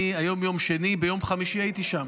היום יום שני, ביום חמישי הייתי שם